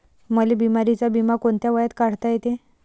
मले बिमारीचा बिमा कोंत्या वयात काढता येते?